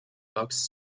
bucks